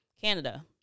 Canada